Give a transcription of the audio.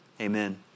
Amen